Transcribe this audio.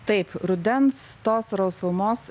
taip rudens tos rausvumos